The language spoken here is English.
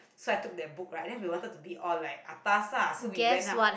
so I took that book right and then we wanted to be all like atas lah so we went up